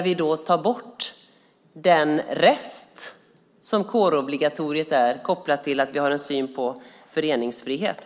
Vi tar bort den rest som kårobligatoriet är, kopplat till att vi har en syn på föreningsfrihet.